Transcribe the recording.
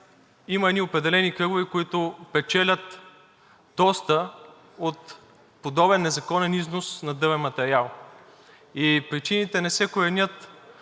има едни определени кръгове, които печелят доста от подобен незаконен износ на дървен материал. Причините не се коренят